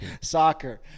soccer